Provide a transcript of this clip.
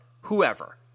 whoever